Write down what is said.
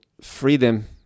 freedom